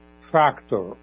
factor